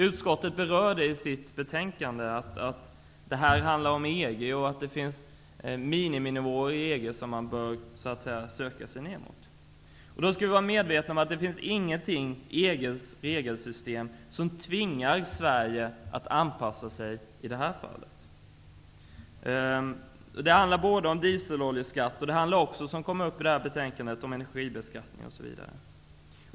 Utskottet berör i sitt betänkande att detta handlar om EG och att det finns mininivåer i EG som man bör söka sig ner mot. Då skall vi vara medvetna om att det inte finns någonting i EG:s regelsystem som tvingar Sverige att anpassa sig i det här fallet. Det gäller både dieseloljeskatt och energibeskattning, som tas upp i det här betänkandet.